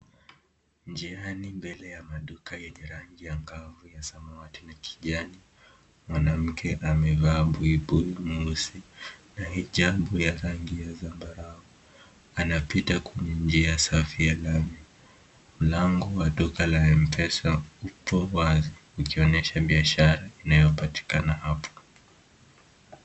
Njiani mbele ya maduka yenye rangi ya kahawia, samawati na kijani, mwanamke amevaa buibui nyeusi na hijabu ya rangi ya zambarau anapita kwenye njia safi ya lami. Mlango wa duka la M-PESA upo wazi ikionyesha biashara inayopatikana hapa.